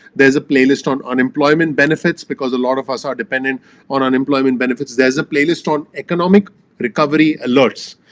there's a playlist on unemployment benefits because a lot of us are dependent on unemployment benefits. there's a playlist on economic recovery alerts,